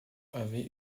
avait